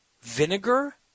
vinegar